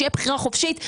שתהיה בחירה חופשית.